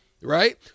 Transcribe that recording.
Right